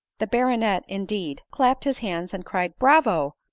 the baronet, indeed, clapped his hands, and cried, bravo!